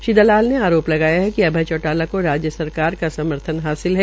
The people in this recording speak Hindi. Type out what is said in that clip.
श्रीदलाल ने आरोप लगाया कि अभय चोटाला को राज्य सरकार का समर्थन हासिल है